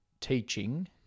teaching